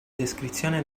descrizione